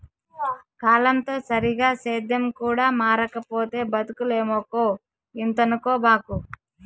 కాలంతో సరిగా సేద్యం కూడా మారకపోతే బతకలేమక్కో ఇంతనుకోబాకు